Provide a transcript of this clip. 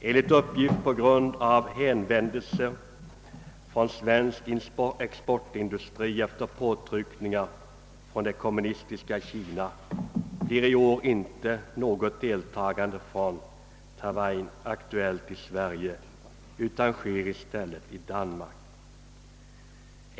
Enligt uppgift på grund av hänvändel ser från svensk exportindustri efter påtryckningar från det kommunistiska Kina blir i år inte något deltagande från Taiwan aktuellt i Sverige utan sker i stället i Danmark.